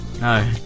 No